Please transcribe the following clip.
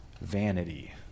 Vanity